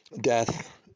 Death